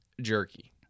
jerky